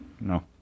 No